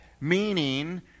meaning